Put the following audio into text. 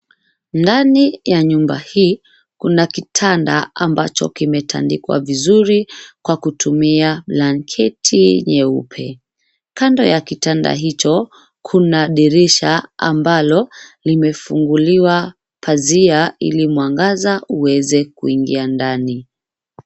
Ndani ya nyumba hii, kuna kitanda ambacho kimetandikwa vizuri kwa kutumia blanketi nyeupe. Kando ya kitanda hicho, kuna dirisha ambalo limefunguliwa pazia ili mwangaza uweze kuingia ndani.